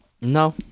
No